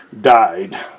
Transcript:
died